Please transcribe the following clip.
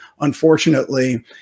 unfortunately